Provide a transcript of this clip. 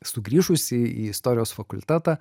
sugrįžusi į istorijos fakultetą